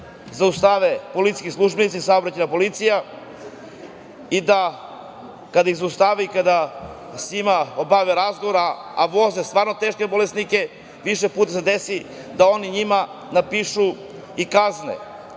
zaustave policijski službenici, saobraćajna policija i kada sa njima obave razgovor, a voze stvarno teške bolesnike, više puta se desi da oni njima napišu i kazne.